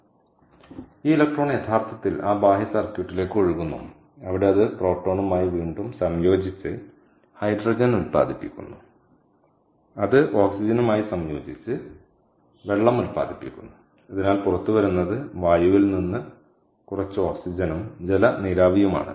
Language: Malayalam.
അതിനാൽ ഈ ഇലക്ട്രോൺ യഥാർത്ഥത്തിൽ ആ ബാഹ്യ സർക്യൂട്ടിലേക്ക് ഒഴുകുന്നു അവിടെ അത് പ്രോട്ടോണുമായി വീണ്ടും സംയോജിച്ച് ഹൈഡ്രജൻ ഉത്പാദിപ്പിക്കുന്നു അത് ഓക്സിജനുമായി സംയോജിച്ച് വെള്ളം ഉത്പാദിപ്പിക്കുന്നു അതിനാൽ പുറത്തുവരുന്നത് വായുവിൽ നിന്ന് കുറച്ച് ഓക്സിജനും ജല നീരാവിയുമാണ്